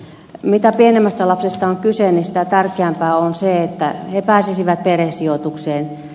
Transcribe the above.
mitä pienemmästä lapsesta on kyse sitä tärkeämpää on se että he pääsisivät perhesijoitukseen